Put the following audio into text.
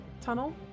tunnel